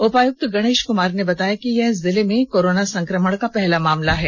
उपायुक्त गणेष कुमार ने बताया कि यह जिले में कोरोना संकमण का पहला मामला है